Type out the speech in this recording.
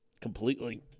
completely